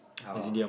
oh